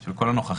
של כל הנוכחים